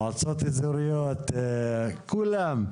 מועצות אזוריות, כולם.